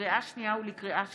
לקריאה שנייה ולקריאה שלישית,